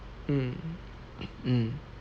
mm mm